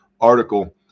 article